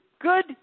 good